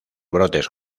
brotes